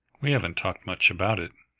we haven't talked much about it,